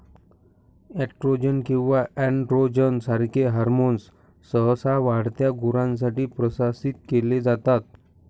oestrogen किंवा androgen सारखे hormones सहसा वाढत्या गुरांसाठी प्रशासित केले जातात